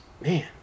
Man